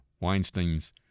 Weinstein's